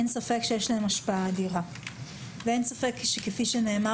אין ספק שיש להם השפעה אדירה ואין ספק שכפי שנאמר